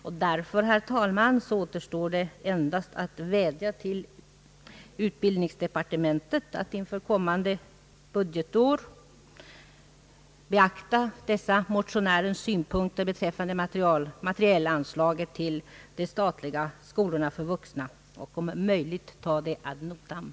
Det återstår därför, herr talman, att vädja till ut "bildningsdepartementet att inför kommande budgetår beakta motionärernas synpunkter beträffande materielanslaget till de statliga skolorna för vuxna och om möjligt ta dem ad notam.